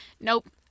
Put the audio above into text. Nope